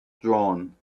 drawn